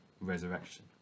resurrection